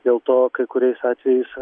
dėl to kai kuriais atvejais